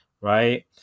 right